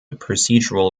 procedural